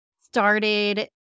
started